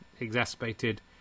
Exacerbated